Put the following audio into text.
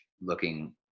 looking